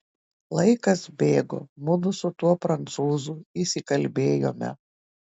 laikas bėgo mudu su tuo prancūzu įsikalbėjome